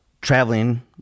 traveling